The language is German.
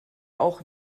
auch